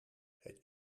het